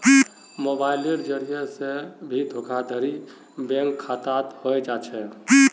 मोबाइलेर जरिये से भी धोखाधडी बैंक खातात हय जा छे